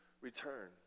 return